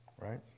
Right